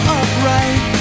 upright